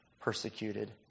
persecuted